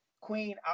Queen